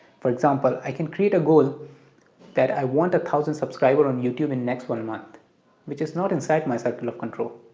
for example i can create a goal that i want a thousand subscriber on youtube in next one month which is not inside my circle of control